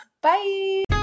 Bye